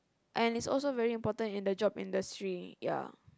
and it's also very important in the job industry